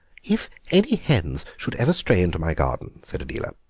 if any hens should ever stray into my garden, said adela,